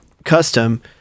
Custom